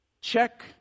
check